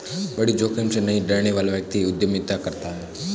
बड़ी जोखिम से नहीं डरने वाला व्यक्ति ही उद्यमिता करता है